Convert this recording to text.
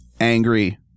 angry